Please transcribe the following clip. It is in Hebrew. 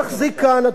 את המכתבים האלה.